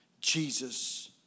Jesus